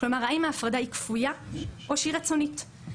כלומר האם ההפרדה היא כפויה או שהיא רצונית.